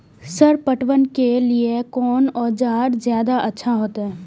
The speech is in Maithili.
सर पटवन के लीऐ कोन औजार ज्यादा अच्छा होते?